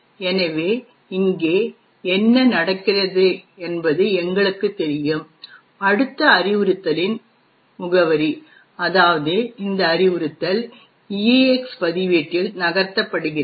எனவே இங்கே என்ன நடக்கிறது என்பது எங்களுக்குத் தெரியும் அடுத்த அறிவுறுத்தலின் முகவரி அதாவது இந்த அறிவுறுத்தல் ஈஎக்ஸ் பதிவேட்டில் நகர்த்தப்படுகிறது